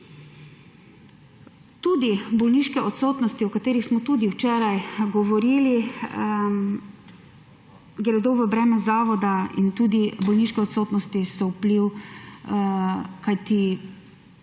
Tudi bolniške odsotnosti, o katerih smo tudi včeraj govorili, gredo v breme zavoda in tudi bolniške odsotnosti so vpliv, kajti